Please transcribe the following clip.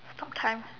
sometimes